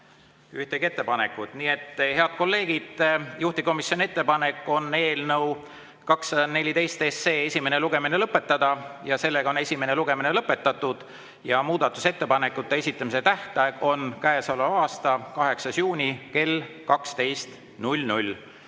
ühtegi ettepanekut. Nii et, head kolleegid, juhtivkomisjoni ettepanek on eelnõu 214 esimene lugemine lõpetada. Esimene lugemine on lõpetatud. Muudatusettepanekute esitamise tähtaeg on käesoleva aasta 8. juuni kell 12.